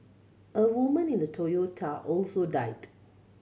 a woman in the Toyota also died